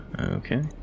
Okay